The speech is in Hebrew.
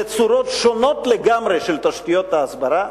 זה צורות שונות לגמרי של תשתיות ההסברה,